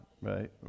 right